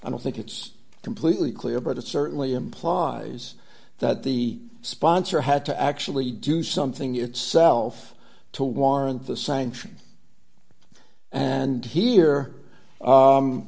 i don't think it's completely clear but it certainly implies that the sponsor had to actually do something itself to warrant the sanction and here